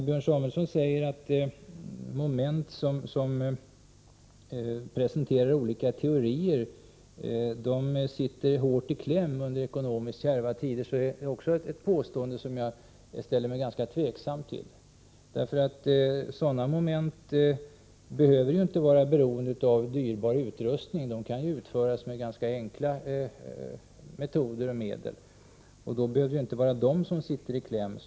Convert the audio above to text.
Björn Samuelson säger att moment som presenterar olika teorier sitter hårt i kläm under ekonomiskt kärva tider. Det är också ett påstående som jag ställer mig ganska tveksam till. Sådana moment behöver ju inte vara beroende av dyrbar utrustning utan kan utföras med ganska enkla metoder och medel. Därför behöver det inte vara de som sitter i kläm.